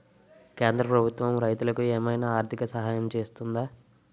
కేంద్ర ప్రభుత్వం రైతులకు ఏమైనా ఆర్థిక సాయం చేస్తుందా?